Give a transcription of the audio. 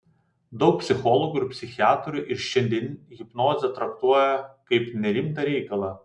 daug psichologų ir psichiatrų ir šiandien hipnozę traktuoja kaip nerimtą reikalą